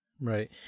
right